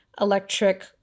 electric